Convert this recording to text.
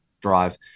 drive